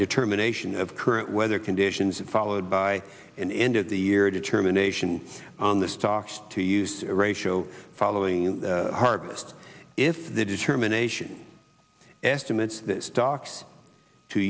determination of current weather conditions followed by an end of the year determination on the stocks to use ratio following the harvest if the determination estimates stocks to